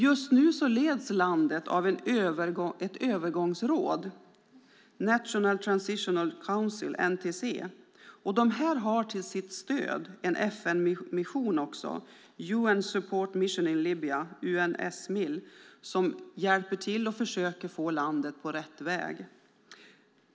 Just nu leds landet av ett övergångsråd, National Transitional Council, NTC, och de har till sitt stöd en FN-mission, UN Support Mission in Libya, Unsmil, som hjälper till och försöker få landet på rätt väg.